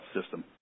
system